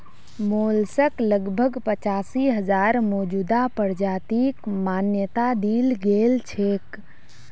mollusc लगभग पचासी हजार मौजूदा प्रजातिक मान्यता दील गेल छेक